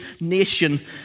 nation